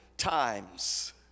times